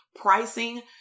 pricing